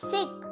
Sick